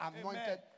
anointed